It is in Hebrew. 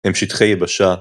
הם שטחי יבשה,